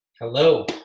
hello